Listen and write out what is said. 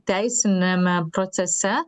teisiniame procese